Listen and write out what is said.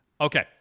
Okay